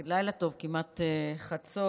כן.